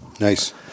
Nice